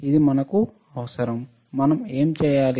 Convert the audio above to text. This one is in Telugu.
ఇది మనకు అవసరం మనం ఏమి చేయాలి